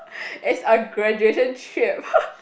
it's a graduation trip